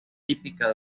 típica